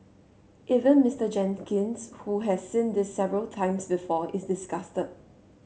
even Mister Jenkins who has seen this several times before is disgusted